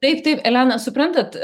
taip taip elena suprantat